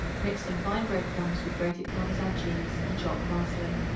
mix some fine bread-crumbs with grated parmesan cheese and chopped parsley.